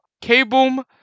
K-Boom